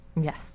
Yes